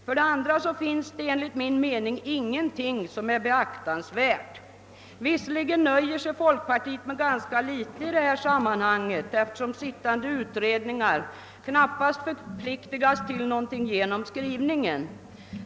För det andra finns det enligt min mening ingenting i motionerna som är beaktansvärt. Visserligen nöjer sig folkpartiet med ganska litet i detta sammanhang, eftersom sittande utredningar knappast förpliktigas till någonting genom skrivningen.